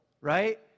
right